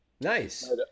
nice